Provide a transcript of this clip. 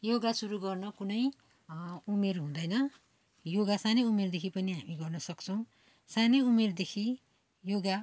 योगा सुरु गर्न कुनै उमेर हुँदैन योगा सानै उमेरदेखि पनि हामी गर्न सक्छौँ सानै उमेरदेखि योगा